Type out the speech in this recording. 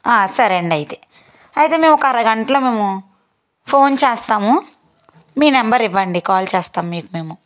సరేండి అయితే అయితే మేము ఒక అరగంటలో మేము ఫోన్ చేస్తాము మీ నెంబర్ ఇవ్వండి కాల్ చేస్తాం మీకు మేము